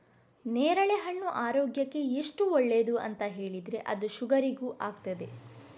ನೇರಳೆಹಣ್ಣು ಆರೋಗ್ಯಕ್ಕೆ ಎಷ್ಟು ಒಳ್ಳೇದು ಅಂತ ಹೇಳಿದ್ರೆ ಅದು ಶುಗರಿಗೂ ಆಗ್ತದೆ